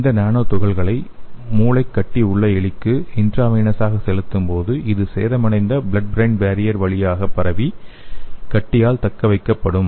இந்த நானோ துகள்கள்களை மூளைக் கட்டி உள்ள எலிக்குள் இன்ட்ரவீனசாக செலுத்தும் போது இது சேதமடைந்த ப்ளட் ப்ரெயின் பேரியர் வழியாக பரவி கட்டியால் தக்கவைக்கப்படும்